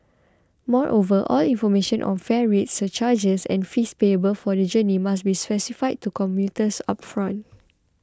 moreover all information on fare rates surcharges and fees payable for the journey must be specified to commuters upfront